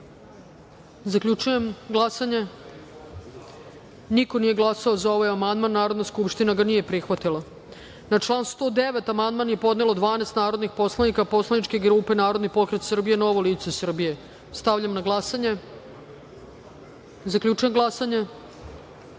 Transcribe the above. amandman. Zaključujem glasanje: niko nije glasao za ovaj amandman. Narodna skupština ga nije prihvatila. Na član 83. amandman je podnelo 12 narodnih poslanika poslaničke grupe Narodni pokret Srbije – Novo lice Srbije. Stavljam na glasanje ovaj amandman. Zaključujem glasanje: